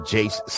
Jace